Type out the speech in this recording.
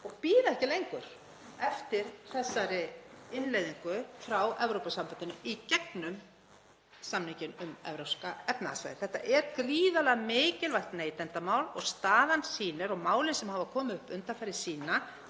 og bíða ekki lengur eftir þessari innleiðingu frá Evrópusambandinu í gegnum samninginn um Evrópska efnahagssvæðið. Þetta er gríðarlega mikilvægt neytendamál og staðan sýnir og málin sem hafa komið upp undanfarið sýna